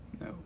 No